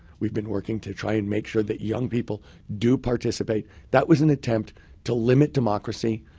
we've been working to try and make sure that young people do participate. that was an attempt to limit democracy,